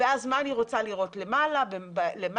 מה אני רוצה לראות למעלה במצוק,